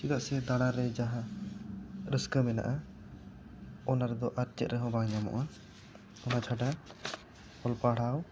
ᱪᱮᱫᱟᱜ ᱥᱮ ᱫᱟᱬᱟ ᱨᱮ ᱡᱟᱦᱟᱸ ᱨᱟᱹᱥᱠᱟᱹ ᱢᱮᱱᱟᱜᱼᱟ ᱚᱱᱟ ᱨᱮᱫᱚ ᱟᱨ ᱪᱮᱫ ᱨᱮᱦᱚᱸ ᱵᱟᱝ ᱧᱟᱢᱚᱜᱼᱟ ᱚᱱᱟ ᱪᱷᱟᱰᱟ ᱚᱞ ᱯᱟᱲᱦᱟᱣ